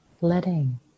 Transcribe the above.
letting